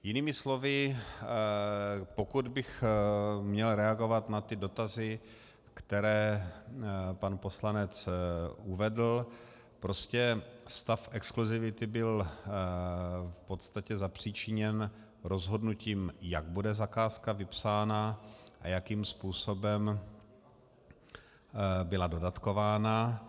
Jinými slovy, pokud bych měl reagovat na ty dotazy, které pan poslanec uvedl, prostě stav exkluzivity byl v podstatě zapříčiněn rozhodnutím, jak bude zakázka vypsána a jakým způsobem byla dodatkována.